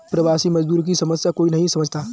प्रवासी मजदूर की समस्या कोई नहीं समझता